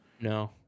No